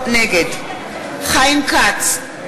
נגד חיים כץ,